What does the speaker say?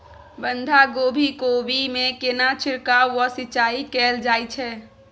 बंधागोभी कोबी मे केना छिरकाव व सिंचाई कैल जाय छै?